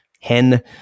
hen